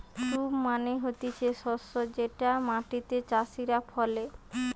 crop মানে হতিছে শস্য যেটা মাটিতে চাষীরা ফলে